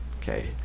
Okay